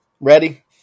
Ready